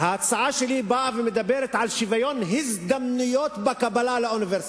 ההצעה שלי באה ומדברת על שוויון הזדמנויות בקבלה לאוניברסיטה.